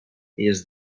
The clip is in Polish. jest